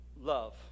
love